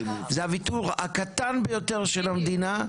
זה הוויתור הקטן ביותר של המדינה,